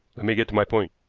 let me get to my point,